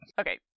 Okay